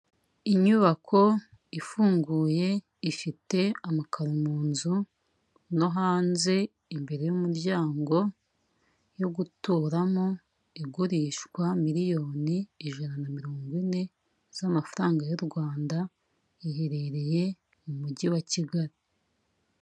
Inyubako ifunguye ifite amakara mu nzu no hanze imbere y'umuryango yo guturamo igurishwa miliyoni ijana na mirongo ine z'amafaranga y'u Rwanda iherereye mu mujyi wa Kigali.